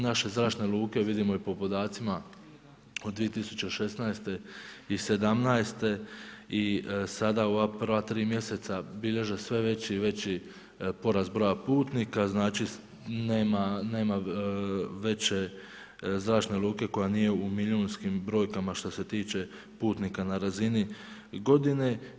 Naše zračne luke vidimo i po podacima od 2016. i 2017. i sada u ova prva tri mjeseca bilježe sve veći i veći porast broja putnika, znači nema veće zračne luke koja nije u milijunskim brojkama što se tiče putnika na razini godine.